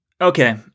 Okay